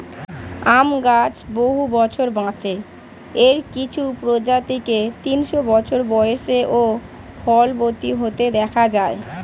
আম গাছ বহু বছর বাঁচে, এর কিছু প্রজাতিকে তিনশো বছর বয়সেও ফলবতী হতে দেখা যায়